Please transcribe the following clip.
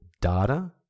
data